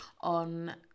on